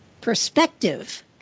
perspective